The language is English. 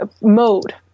mode